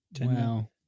Wow